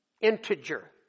Integer